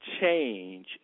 change